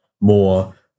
more